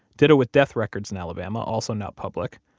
ditto with death records in alabama, also not public.